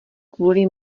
kvůli